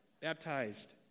Baptized